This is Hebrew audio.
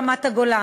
ברמת-הגולן.